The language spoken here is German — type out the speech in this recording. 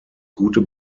gute